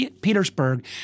Petersburg